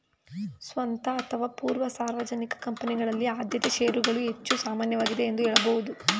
ಸ್ವಂತ ಅಥವಾ ಪೂರ್ವ ಸಾರ್ವಜನಿಕ ಕಂಪನಿಗಳಲ್ಲಿ ಆದ್ಯತೆ ಶೇರುಗಳು ಹೆಚ್ಚು ಸಾಮಾನ್ಯವಾಗಿದೆ ಎಂದು ಹೇಳಬಹುದು